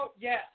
yes